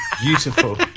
Beautiful